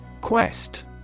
Quest